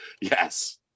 yes